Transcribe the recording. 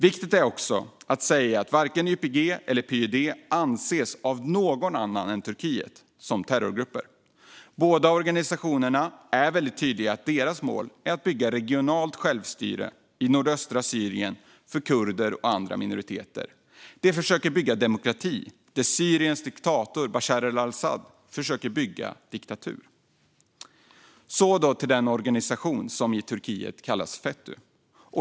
Viktigt är också att säga här att varken YPG eller PYD anses av någon annan än Turkiet som terrorgrupper. Båda organisationerna är väldigt tydliga med att deras mål är att bygga ett regionalt självstyre i nordöstra Syrien för kurder och andra minoriteter. De vill bygga demokrati där Syriens diktator Bashar al-Asad försöker bygga diktatur. Nu till den organisation som i Turkiet kallas FETÖ.